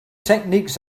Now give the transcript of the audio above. techniques